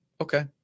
Okay